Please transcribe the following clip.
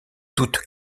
doute